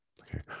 okay